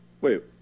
wait